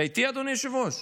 אתה איתי, אדוני היושב-ראש?